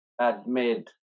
admit